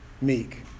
meek